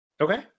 okay